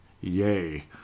Yay